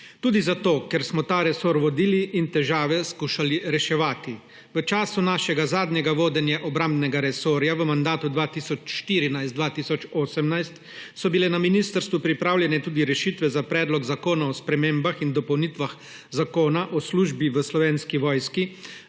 tudi zato ker smo ta resor vodili in težave skušali reševati. V času našega zadnjega vodenja obrambnega resorja v mandatu 2014–2018 so bile na ministrstvu pripravljene tudi rešitve za predlog zakona o spremembah in dopolnitvah Zakona o službi v Slovenski vojski,